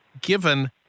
given